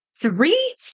Three